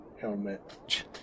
helmet